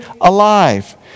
alive